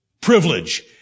privilege